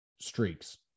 streaks